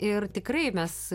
ir tikrai mes